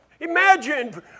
Imagine